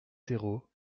terreaux